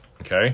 Okay